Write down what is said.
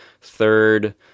third